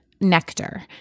Nectar